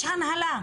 יש הנהלה,